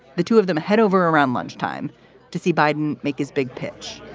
the two of them head over around lunchtime to see biden make his big pitch